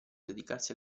dedicarsi